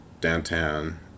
downtown